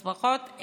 אז ברכות.